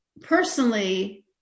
personally